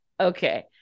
Okay